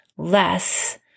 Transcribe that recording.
Less